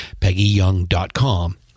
PeggyYoung.com